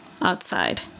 outside